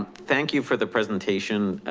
thank you for the presentation.